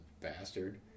bastard